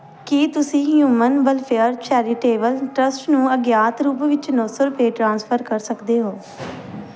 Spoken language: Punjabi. ਕੀ ਤੁਸੀਂਂ ਹਿਊਮਨ ਵੈਲਫ਼ੇਅਰ ਚੈਰਿਟੇਬਲ ਟਰਸਟ ਨੂੰ ਅਗਿਆਤ ਰੂਪ ਵਿੱਚ ਨੌ ਸੌ ਰੁਪਏ ਟ੍ਰਾਂਸਫਰ ਕਰ ਸਕਦੇ ਹੋ